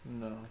No